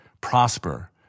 prosper